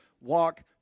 walk